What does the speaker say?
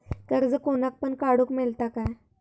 कर्ज कोणाक पण काडूक मेलता काय?